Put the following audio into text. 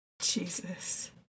Jesus